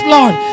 Lord